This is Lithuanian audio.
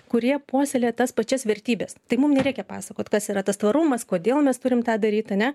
kurie puoselėja tas pačias vertybes tai mum nereikia pasakot kas yra tas tvarumas kodėl mes turim tą daryt ane